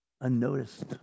unnoticed